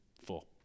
full